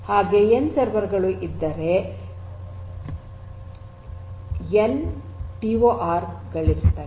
ಹಾಗೆ N server ಗಳು ಇದ್ದರೆ ಎನ್ ಟಿಓಆರ್ ಗಳಿರುತ್ತವೆ